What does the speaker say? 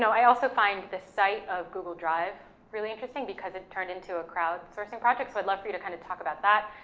so i also find the site of google drive really interesting, because it turned into a crowd sourcing project, so i'd love for you to kinda talk about that,